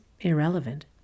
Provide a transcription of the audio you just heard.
irrelevant